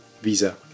visa